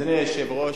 אדוני היושב-ראש,